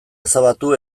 ezabatu